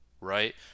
right